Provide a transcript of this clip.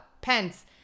Pence